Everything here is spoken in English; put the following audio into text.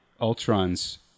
Ultron's